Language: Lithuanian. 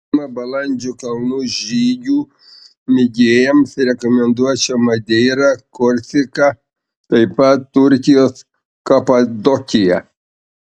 nuo balandžio kalnų žygių mėgėjams rekomenduočiau madeirą korsiką taip pat turkijos kapadokiją